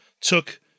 took